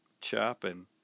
chopping